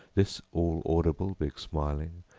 this all audible big-smiling,